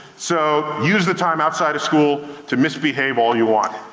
so use the time outside of school to misbehave all you want.